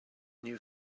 new